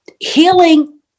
Healing